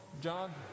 John